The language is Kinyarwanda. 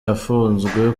yafunzwe